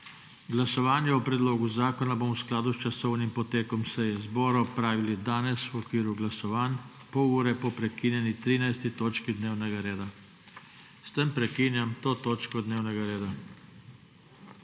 Glasovanje o predlogu zakona bomo v skladu s časovnim potekom seje zbora opravili danes v okviru glasovanj, to je pol ure po prekinjeni 13. točki dnevnega reda. S tem prekinjam to točko dnevnega reda.